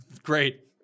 Great